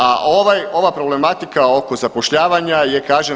A ova problematika oko zapošljavanja je kažem